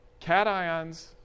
cations